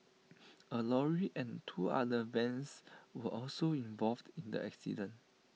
A lorry and two other vans were also involved in the accident